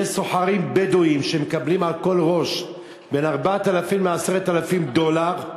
יש סוחרים בדואים שמקבלים על כל ראש בין 4,000 ל-10,000 דולר,